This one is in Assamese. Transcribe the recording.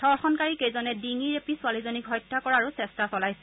ধৰ্ষণকাৰীকেইজনে ডিঙি ৰেপী ছোৱালীজনীক হত্যা কৰাৰো চেষ্টা চলাইছিল